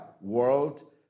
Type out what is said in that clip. world